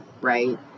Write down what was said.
right